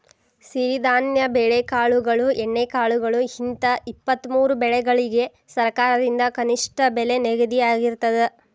ಸಿರಿಧಾನ್ಯ ಬೆಳೆಕಾಳುಗಳು ಎಣ್ಣೆಕಾಳುಗಳು ಹಿಂತ ಇಪ್ಪತ್ತಮೂರು ಬೆಳಿಗಳಿಗ ಸರಕಾರದಿಂದ ಕನಿಷ್ಠ ಬೆಲೆ ನಿಗದಿಯಾಗಿರ್ತದ